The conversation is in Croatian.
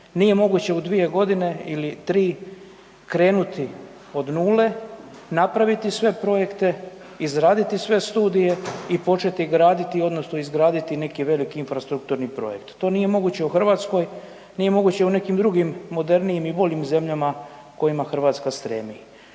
nije moguće u 2 godine ili 3 krenuti od 0, napraviti sve projekte, izraditi sve studije i početi graditi odnosno izgraditi neki veliki infrastrukturni projekt. To nije moguće u Hrvatskoj, nije moguće u nekim drugim modernijim i boljim zemljama kojima Hrvatska stremi.